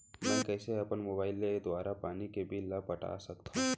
मैं कइसे अपन मोबाइल के दुवारा पानी के बिल ल पटा सकथव?